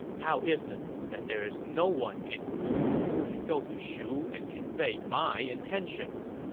how is it that there is no one in wu who can go to shu and convey my intentions?